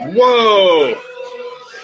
Whoa